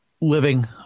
living